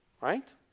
right